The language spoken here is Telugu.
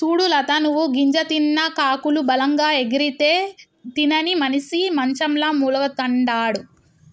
సూడు లత నువ్వు గింజ తిన్న కాకులు బలంగా ఎగిరితే తినని మనిసి మంచంల మూల్గతండాడు